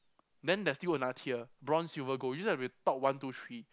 then there's still another tier bronze silver gold this has to be top one two three